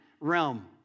realm